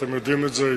אתם יודעים את זה היטב.